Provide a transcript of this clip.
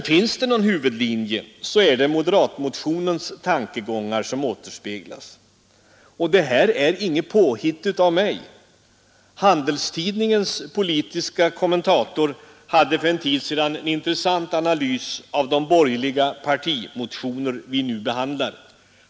Finns det någon huvudlinje, är det moderatmotionens tankegångar som återspeglas. Detta är inget påhitt av mig. Handelstidningens politiska kommentator hade för en tid sedan en intressant analys av de borgerliga partimotioner vi nu behandlar.